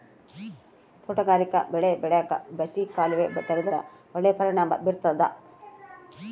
ತೋಟಗಾರಿಕಾ ಬೆಳೆ ಬೆಳ್ಯಾಕ್ ಬಸಿ ಕಾಲುವೆ ತೆಗೆದ್ರ ಒಳ್ಳೆ ಪರಿಣಾಮ ಬೀರ್ತಾದ